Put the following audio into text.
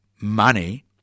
money